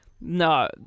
No